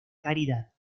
caridad